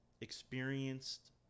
experienced